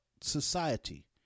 society